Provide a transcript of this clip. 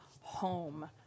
home